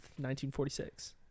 1946